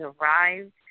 arrived